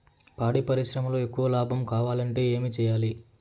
పాడి పరిశ్రమలో ఎక్కువగా లాభం కావాలంటే ఏం చేయాలి?